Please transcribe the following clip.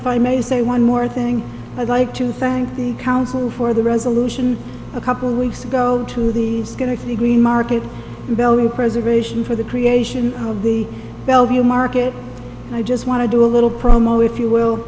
if i may say one more thing i'd like to thank the council for the resolution a couple weeks ago to these going to the green market value preservation for the creation of the bellevue market and i just want to do a little promo if you will